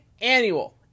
annual